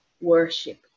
worship